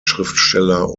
schriftsteller